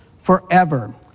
forever